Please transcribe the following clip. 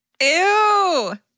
Ew